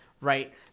right